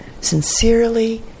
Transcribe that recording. sincerely